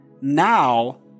Now